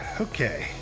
Okay